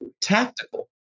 tactical